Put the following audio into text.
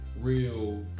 real